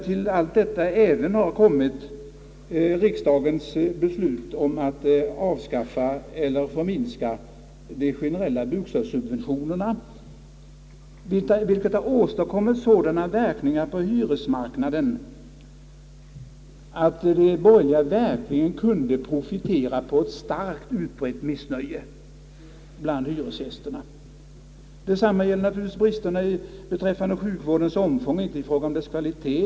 Till allt detta har även kommit riksdagens beslut om att avskaffa eller förminska de generella bostadssubventionerna, vilket har åstadkommit sådana verkningar på hyresmarknaden, att de borgerliga verkligen har kunnat profitera på ett starkt och utbrett missnöje bland hyresgästerna. Detsamma gäller naturligtvis bristerna beträffande sjukvårdens omfång, alltså inte i fråga om dess kvalitet.